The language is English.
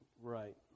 right